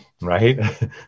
right